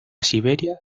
siberia